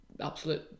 absolute